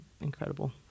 incredible